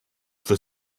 für